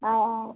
ആ ആ